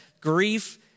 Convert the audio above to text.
grief